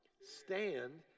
Stand